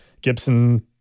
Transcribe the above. Gibson